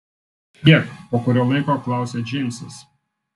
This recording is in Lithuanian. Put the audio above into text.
kiek po kurio laiko klausia džeimsas